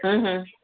ہاں ہاں